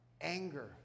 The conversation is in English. Anger